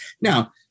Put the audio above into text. Now